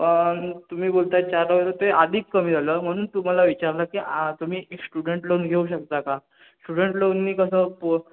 पण तुम्ही बोलताय चारपर्यंत ते अधिक कमी झालं म्हणून तुम्हाला विचारलं की आ तुम्ही स्टुडंट लोन घेऊ शकता का स्टुडंट लोननी कसं पो